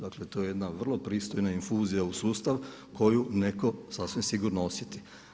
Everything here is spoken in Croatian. Dakle, to je jedna vrlo pristojna infuzija u sustav koju netko sasvim sigurno osjeti.